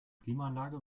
klimaanlage